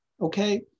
okay